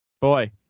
boy